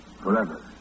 forever